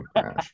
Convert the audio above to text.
crash